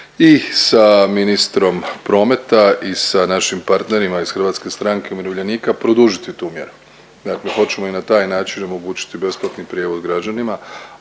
i sa ministrom prometa i sa našim partnerima iz Hrvatske stranke umirovljenika produžiti tu mjeru. Dakle, hoćemo i na taj način omogućiti besplatni prijevoz građanima.